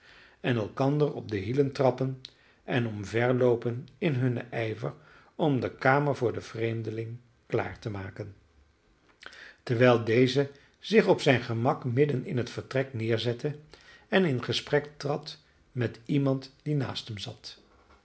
en elkander op de hielen trappen en omverloopen in hunnen ijver om de kamer voor den vreemdeling klaar te maken terwijl deze zich op zijn gemak midden in het vertrek neerzette en in gesprek trad met iemand die naast hem zat